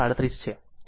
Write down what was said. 637 છે